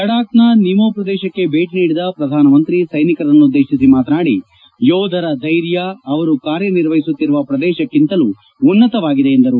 ಲದ್ಲಾಬ್ನ ನಿಮೋ ಪ್ರದೇಶಕ್ಕೆ ಭೇಟ ನೀಡಿದ ಪ್ರಧಾನಮಂತ್ರಿ ಸ್ಲೆನಿಕರನ್ನುದ್ಲೇತಿಸಿ ಮಾತನಾಡಿ ಯೋಧರ ಧ್ಲೆರ್ಯ ಅವರು ಕಾರ್ಯನಿರ್ವಹಿಸುತ್ತಿರುವ ಪ್ರದೇಶಕ್ತಿಂತಲೂ ಉನ್ವತವಾಗಿದೆ ಎಂದರು